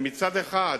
שמצד אחד,